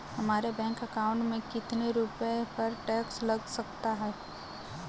हमारे bank account में कितने रुपये पर टैक्स लग सकता है?